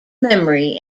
memory